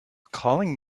calling